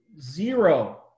zero